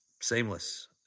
seamless